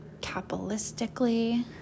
capitalistically